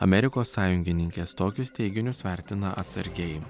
amerikos sąjungininkės tokius teiginius vertina atsargiai